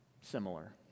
similar